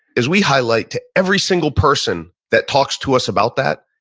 is we highlight to every single person that talks to us about that,